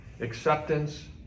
acceptance